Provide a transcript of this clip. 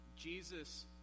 Jesus